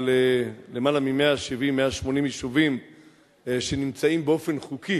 על למעלה מ-170, 180 יישובים שנמצאים באופן חוקי